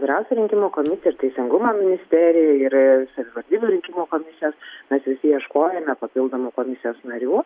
vyriausioji rinkimų komisija ir teisingumo ministerija ir savivaldybių rinkimų komisijos mes visi ieškojome papildomų komisijos narių